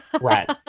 Right